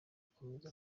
gukomeza